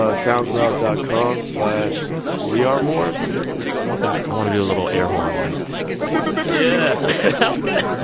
ah soundcloud dot com slash wearemoors, i think it is ok. i want to do a little air horn, like. but but but but yeah. that was